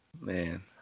Man